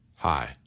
Hi